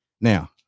Now